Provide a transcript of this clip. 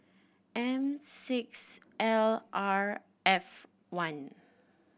M six L R F one